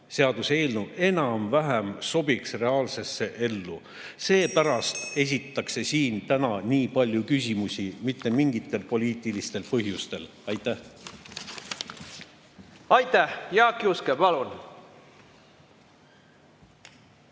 seaduseelnõu enam-vähem sobiks reaalsesse ellu. Seepärast esitatakse siin täna nii palju küsimusi, mitte mingitel poliitilistel põhjustel. Aitäh! Jaak Juske, palun!